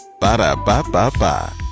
ba-da-ba-ba-ba